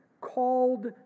called